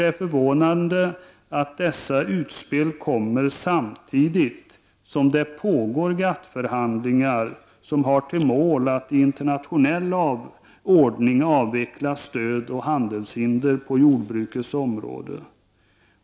Det är förvånande att utspel av denna art görs samtidigt som GATT-förhandlingar pågår, förhandlingar som har som mål att genom internationellt samarbete avveckla stöd och handelshinder på jordbruksområdet.